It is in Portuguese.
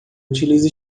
utiliza